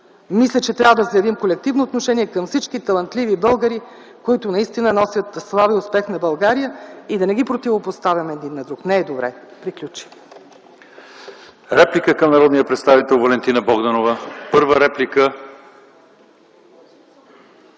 Мисля, че трябва да следим колективно отношение към всички талантливи българи, които наистина носят слава и успех на България и да не ги противопоставяме един на друг. Не е добре. Приключих. ПРЕДСЕДАТЕЛ ЛЪЧЕЗАР ИВАНОВ: Реплика към народния представител Валентина Богданова? Първа реплика